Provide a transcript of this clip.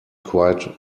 quite